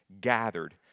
gathered